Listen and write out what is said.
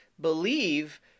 believe